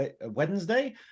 Wednesday